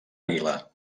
àguila